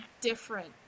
different